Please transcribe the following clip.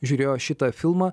žiūrėjo šitą filmą